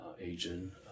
agent